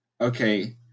okay